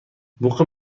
بوق